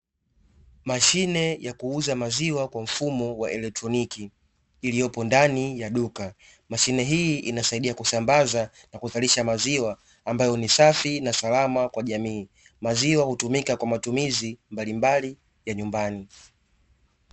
Mashine ya kuuza maziwa kwa mfumo wa elektroniki, iliyopo ndani ya duka. Mashine hii inasaidia kusambaza na kuzalisha maziwa ambayo ni safi na salama kwa jamii. Maziwa hutumika kwa matumizi mbalimbali ya nyumbani.